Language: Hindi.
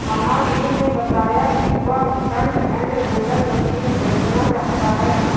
महावीर ने बताया कि वह फ्रंट एंड लोडर मशीन खरीदना चाहता है